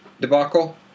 debacle